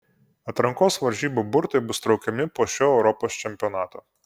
atrankos varžybų burtai bus traukiami po šio europos čempionato